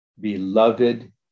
beloved